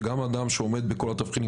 שגם אדם שעומד בכל התבחינים,